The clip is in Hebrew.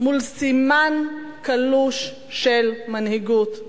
מול סימן קלוש של מנהיגות.